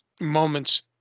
moments